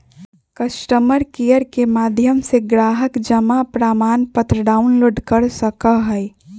customer care के माध्यम से ग्राहक जमा प्रमाणपत्र डाउनलोड कर सका हई